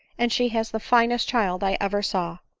and she has the finest child i ever saw.